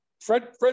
Fred